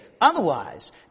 Otherwise